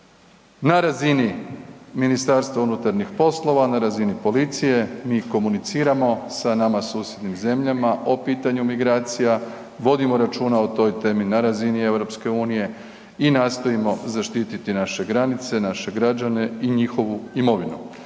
na razini Ministarstva unutarnjih poslova, na razini policije, mi komuniciramo sa nama susjednim zemljama o pitanju migracija, vodimo računa o toj temi na razini EU i nastojimo zaštititi naše granice, naše građane i njihovu imovinu